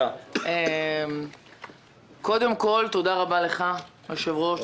תודה רבה לך היושב ראש,